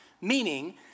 meaning